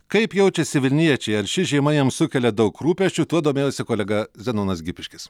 kaip jaučiasi vilniečiai ar ši žiema jiems sukelia daug rūpesčių tuo domėjosi kolega zenonas gipiškis